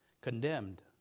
condemned